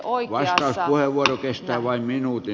no niin vastauspuheenvuoro kestää vain minuutin